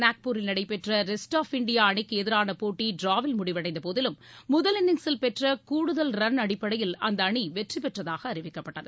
நாக்பூரில் நடைபெற்ற rest of India அணிக்கு எதிரான போட்டி ட்ராவில் முடிவடைந்த போதிலும் முதல் இன்னிங்சில் பெற்ற கூடுதல் ரன் அடிப்படையில் அந்த அணி வெற்றி பெற்றதாக அறிவிக்கப்பட்டது